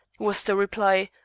was the reply,